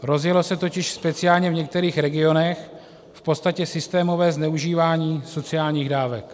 Rozjelo se totiž speciálně v některých regionech v podstatě systémové zneužívání sociálních dávek.